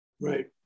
Right